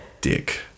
Dick